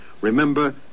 Remember